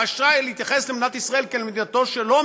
רשאי להתייחס אל מדינת ישראל כאל מדינתו שלו,